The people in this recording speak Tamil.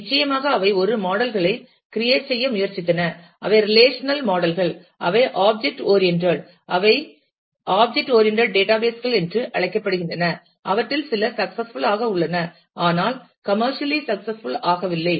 நிச்சயமாக அவை ஒரு மாடல்களை கிரியேட் செய்ய முயற்சித்தன அவை ரிலேஷனல் மாடல்கள் அவை ஆப்ஜெக்ட் ஓரியண்றட் அவை ஆப்ஜெக்ட் ஓரியண்றட் டேட்டாபேஸ் கள் என்று அழைக்கப்படுகின்றன அவற்றில் சில சக்ஸஸ்புள் ஆக உள்ளன ஆனால் கமர்ஷியலி சக்ஸஸ்புள் ஆகவில்லை